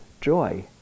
joy